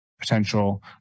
potential